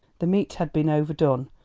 the meat had been overdone,